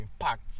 impact